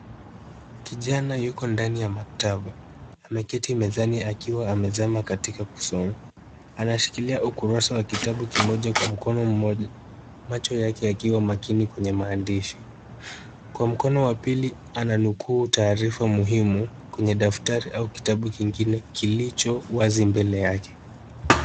Kijana yuko ndani ya maktaba. Ameketi mezani akiwa amezama katika kusoma. Anashikilia ukurasa ya kitabu kimoja kwa mkono mmoja, macho yake yakiwa makini kwenye maandishi. Kwa mkono wa pili, ananukuu taarifa muhimu kwenye daftari au kitabu kingine kilicho wazi mbele yake.